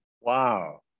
Wow